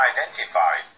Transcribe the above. identified